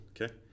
okay